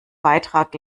beitrag